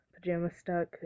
pajama-stuck